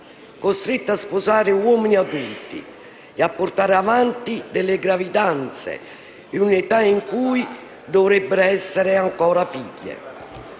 costrette a sposare uomini adulti e a portare avanti gravidanze in un'età in cui dovrebbero essere ancora figlie.